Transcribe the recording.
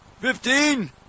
Fifteen